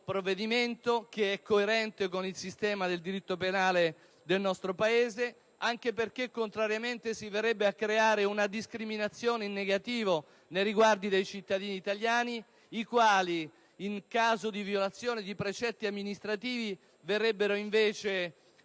provvedimento, che è coerente con il sistema del diritto penale del nostro Paese, anche perché, contrariamente, si verrebbe a creare una discriminazione in negativo nei riguardi dei cittadini italiani, i quali, in caso di violazione di precetti amministrativi, verrebbero invece